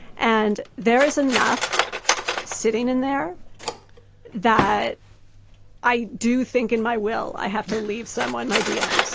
and there is enough sitting in there that i do think in my will i have to leave someone my idea,